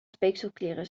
speekselklieren